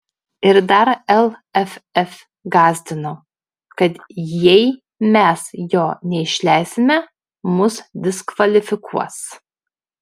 ir dar lff gąsdino kad jei mes jo neišleisime mus diskvalifikuos